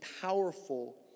powerful